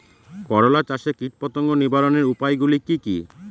করলা চাষে কীটপতঙ্গ নিবারণের উপায়গুলি কি কী?